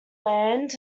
land